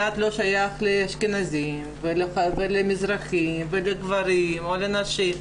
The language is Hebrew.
דת לא שייך לאשכנזים ולמזרחים ולגברים או לנשים,